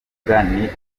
ibyangombwa